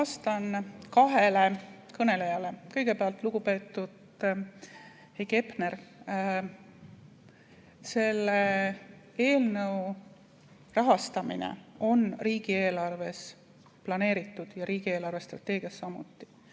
vastan kahele kõnelejale. Kõigepealt, lugupeetud Heiki Hepner, selle eelnõu rahastamine on riigieelarves planeeritud ja riigi eelarvestrateegias samuti.